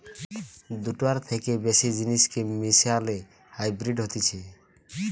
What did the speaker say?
দুটার থেকে বেশি জিনিসকে মিশালে হাইব্রিড হতিছে